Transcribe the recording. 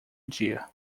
dia